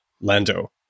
Lando